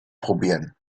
probieren